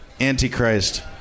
Antichrist